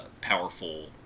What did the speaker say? powerful